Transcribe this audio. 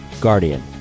Guardian